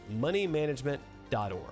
moneymanagement.org